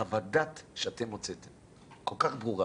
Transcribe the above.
חוות הדעת שאתם הוצאתם כל כך ברורה